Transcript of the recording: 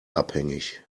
abhängig